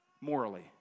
morally